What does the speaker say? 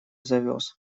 завез